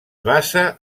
basa